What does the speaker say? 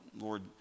Lord